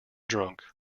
drunk